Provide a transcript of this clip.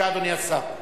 אדוני השר.